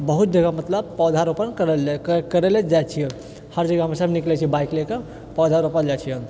बहुत जगह मतलब पौधा रोपण करै लऽ जाय छियै हर जगह हमसब निकलै छियै बाइक लए कऽ पौधा रोपल जाय छियै